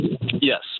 Yes